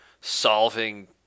solving